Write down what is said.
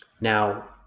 Now